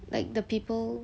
like the people